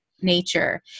nature